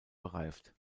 bereift